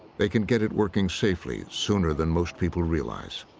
they can get it working safely sooner than most people realize.